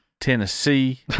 Tennessee